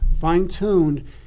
fine-tuned